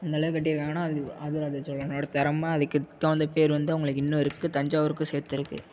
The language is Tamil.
அந்த அளவுக்கு கட்டியிருக்காங்கன்னா அது ராஜராஜ சோழனோட தெறமை அதுக்கு தகுந்த பேர் வந்து அவங்களுக்கு இன்னும் இருக்குது தஞ்சாவூர்க்கும் சேத்திருக்கு